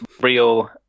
real